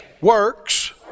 works